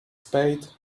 spade